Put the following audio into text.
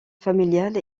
familiale